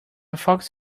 fox